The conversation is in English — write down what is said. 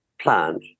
plant